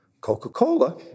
Coca-Cola